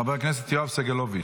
חבר הכנסת יואב סגלוביץ'.